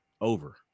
over